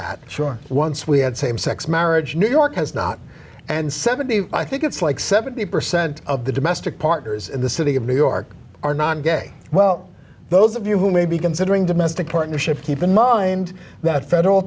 that sure once we had same sex marriage new york has not and seventy i think it's like seventy percent of the domestic partners in the city of new york are not gay well those of you who may be considering domestic partnerships keep in mind that federal